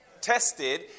Tested